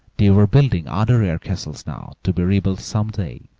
they were building other air-castles now, to be rebuilt some day,